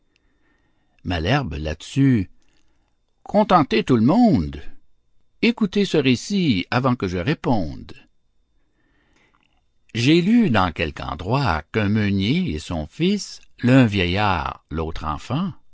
malherbe là-dessus contenter tout le monde écoutez ce récit avant que je réponde j'ai lu dans quelque endroit qu'un meunier et son fils l'un vieillard l'autre enfant